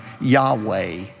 Yahweh